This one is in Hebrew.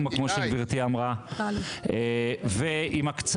אני רוצה לעבור למה שעבר חבר הכנסת חיליק שאמר שאי אפשר להתעלם מזה